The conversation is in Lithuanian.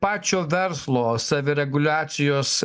pačio verslo savireguliacijos